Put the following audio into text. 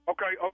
Okay